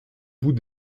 bout